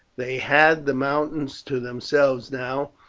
they had the mountains to themselves now,